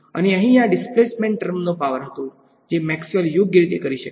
અને અહીં આ ડિસ્પ્લેસમેન્ટ ટર્મનોપાવરહતો જે મેક્સવેલત યોગ્ય રીતે કરે શક્યો